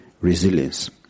resilience